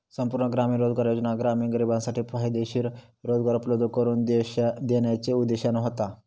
संपूर्ण ग्रामीण रोजगार योजना ग्रामीण गरिबांसाठी फायदेशीर रोजगार उपलब्ध करून देण्याच्यो उद्देशाने होता